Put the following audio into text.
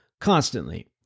constantly